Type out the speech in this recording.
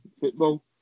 football